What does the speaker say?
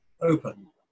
open